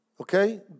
Okay